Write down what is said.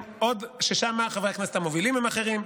ושם חברי הכנסת המובילים הם אחרים,